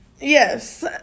Yes